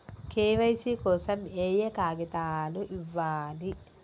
KYC కోసం ఏయే కాగితాలు ఇవ్వాలి?